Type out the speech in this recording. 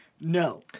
no